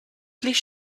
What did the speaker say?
please